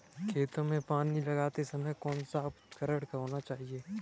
खेतों में पानी लगाते समय कौन सा उपकरण होना चाहिए?